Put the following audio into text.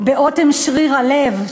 באוטם שריר הלב,